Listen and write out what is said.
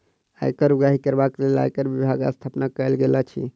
आयकर उगाही करबाक लेल आयकर विभागक स्थापना कयल गेल अछि